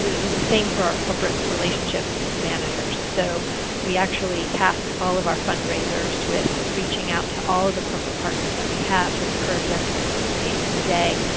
it was the same for our corporate relationship managers. so we actually tasked all of our fundraisers with reaching out to all of the corporate partners that we have to encourage them to participate in the day,